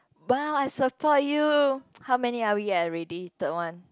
[wah] I support you how many are we at already third one